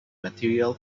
material